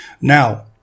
Now